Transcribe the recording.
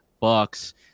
Bucks